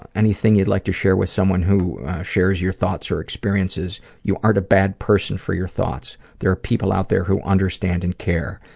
anything you'd like to share with someone who shares your thoughts or experiences? you aren't a bad person for your thoughts. there are people out there who understand and care.